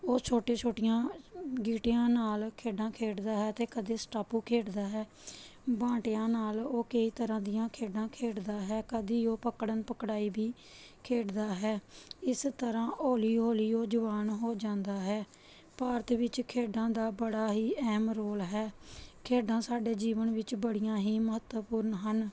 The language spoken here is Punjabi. ਉਹ ਛੋਟੀਆਂ ਛੋਟੀਆਂ ਗੀਟੀਆਂ ਨਾਲ ਖੇਡਾਂ ਖੇਡਦਾ ਹੈ ਅਤੇ ਕਦੇ ਸਟਾਪੂ ਖੇਡਦਾ ਹੈ ਬੰਟਿਆਂ ਨਾਲ ਉਹ ਕਈ ਤਰ੍ਹਾਂ ਦੀਆਂ ਖੇਡਾਂ ਖੇਡਦਾ ਹੈ ਕਦੀ ਉਹ ਪਕੜਨ ਪਕੜਾਈ ਵੀ ਖੇਡਦਾ ਹੈ ਇਸ ਤਰ੍ਹਾਂ ਉਹ ਹੌਲੀ ਹੌਲੀ ਉਹ ਜਵਾਨ ਹੋ ਜਾਂਦਾ ਹੈ ਭਾਰਤ ਵਿੱਚ ਖੇਡਾਂ ਦਾ ਬੜਾ ਹੀ ਅਹਿਮ ਰੋਲ ਹੈ ਖੇਡਾਂ ਸਾਡੇ ਜੀਵਨ ਵਿੱਚ ਬੜੀਆਂ ਹੀ ਮਹੱਤਵਪੂਰਨ ਹਨ